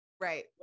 Right